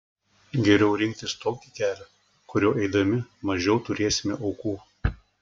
geriau rinktis tokį kelią kuriuo eidami mažiau turėsime aukų